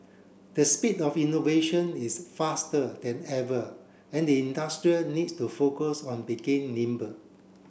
the speed of innovation is faster than ever and the industrial needs to focus on begin nimble